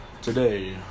today